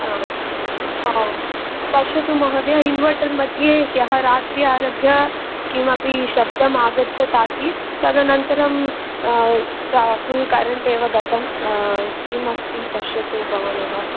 हा हा पश्यतु महोदय इन्वर्टर् मध्ये ह्यः रात्रि आरभ्य किमपि शब्दमागच्छत् आसीत् तदनन्तरं फ़ुल् करेण्ट् एव गतं किम् अस्ति पश्यतु भवानेव